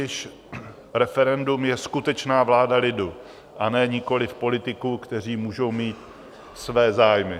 Totiž referendum je skutečná vláda lidu a nikoliv politiků, kteří můžou mít své zájmy.